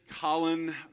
Colin